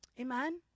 Amen